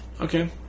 Okay